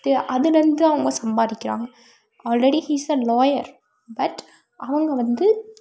அதுலேருந்து அவங்க சம்பாதிக்கிறாங்க already he is the lawyer but அவங்க வந்து